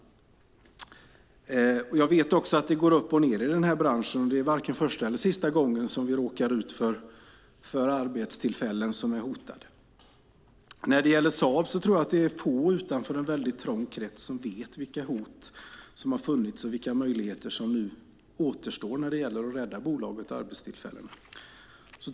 Jag vet också att det går upp och ned i branschen. Det är varken första eller sista gången som vi råkar ut för att arbetstillfällen är hotade. När det gäller Saab tror jag att det är få utanför en väldigt trång krets som vet vilka hot som har funnits och vilka möjligheter som nu återstår när det gäller att rädda bolaget och arbetstillfällena.